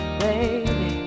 baby